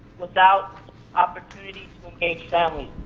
without opportunity to engage families.